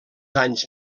anys